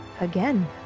again